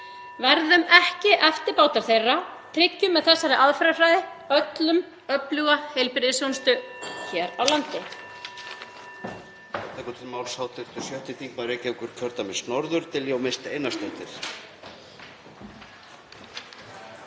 Verum ekki eftirbátar þeirra. Tryggjum með þessari aðferðafræði öllum öfluga heilbrigðisþjónustu hér á landi.